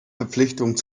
verpflichtungen